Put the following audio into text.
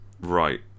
Right